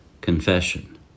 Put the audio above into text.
Confession